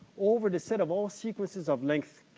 over the set of all sequences of length,